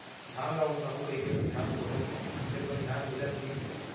धान ल ओसाहू कहिके बनिहार खोजत हँव फेर बनिहार मिलत नइ हे